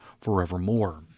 forevermore